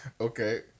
Okay